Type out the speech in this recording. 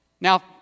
Now